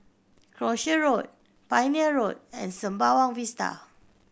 Croucher Road Pioneer Road and Sembawang Vista